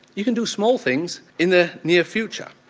you can do small things in the near future.